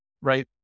right